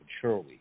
surely